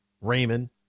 Raymond